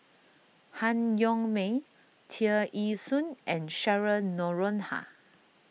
Han Yong May Tear Ee Soon and Cheryl Noronha